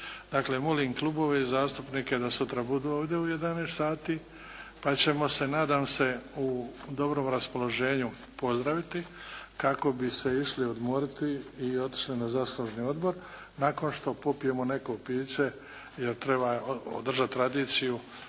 molim klubove i zastupnike da sutra budu ovdje u 11 sati pa ćemo se nadam se u dobrom raspoloženju pozdraviti kako bi se išli odmoriti i otišli na zasluženi odmor nakon što popijemo neko piće jer treba održati tradiciju